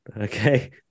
Okay